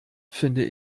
finde